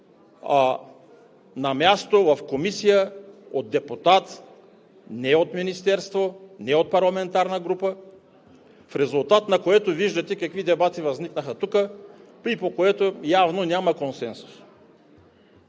на място в комисия от депутат – не от министерство, не от парламентарна група, в резултат на което виждате какви дебати възникнаха тук и по което явно няма консенсус.